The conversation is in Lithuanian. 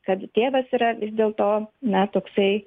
kad tėvas yra vis dėl to na toksai